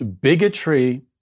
bigotry